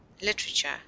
literature